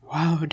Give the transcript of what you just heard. Wow